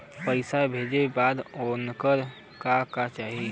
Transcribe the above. पैसा भेजे बदे उनकर का का चाही?